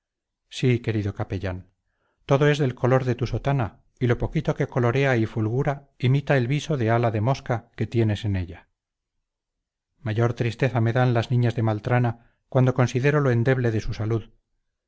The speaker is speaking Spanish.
sí querido capellán todo es del color de tu sotana y lo poquito que colorea y fulgura imita el viso de ala de mosca que tienes en ella mayor tristeza me dan las niñas de maltrana cuando considero lo endeble de su salud